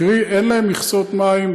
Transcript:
קרי אין להם מכסות מים,